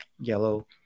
yellow